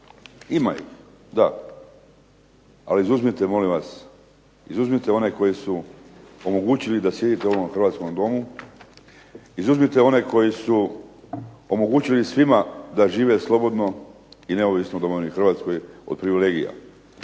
ima ih, da. Ali izuzmite molim vas, izuzmite one koji su omogućili da sjedite u ovom Hrvatskom domu, izuzmite one koji su omogućili svima da žive slobodno i neovisno u domovini Hrvatskoj od privilegija.